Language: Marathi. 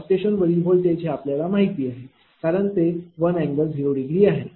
सबस्टेशनवरील व्होल्टेज हे आपल्याला माहिती आहे कारण ते 1∠0°आहे